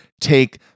take